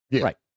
right